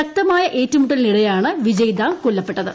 ശക്തമായ ഏറ്റുമുട്ടലിനിടെയാണ് വിജയ്ദാങ്ങ് കൊല്ലപ്പെട്ടത്